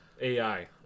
AI